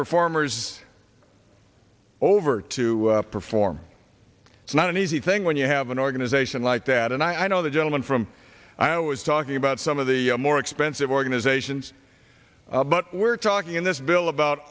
performers over to perform it's not an easy thing when you have an organization like that and i know the gentleman from iowa was talking about some of the more expensive organizations but we're talking in this bill about